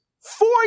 four